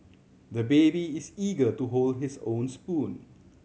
the baby is eager to hold his own spoon